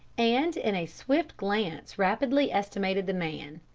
and in a swift glance rapidly estimated the man.